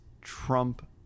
trump